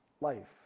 life